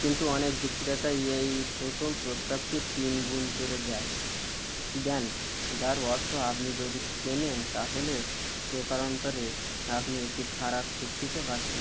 কিন্তু অনেক বিক্রেতাই এই প্রথম প্রস্তাবটি তিন গুণ করে দেয় দেন যার অর্থ আপনি যদি কেনেন তাহলে প্রকারান্তরে আপনি একটি খারাপ চুক্তিতে পাচ্ছেন